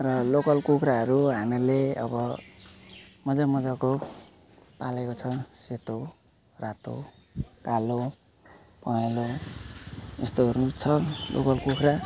र लोकल कुखुराहरू हामीहरूले अब मजा मजाको पालेको छ सेतो रातो कालो पहेँलो यस्तोहरू पनि छ लोकल कुखुरा